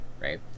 right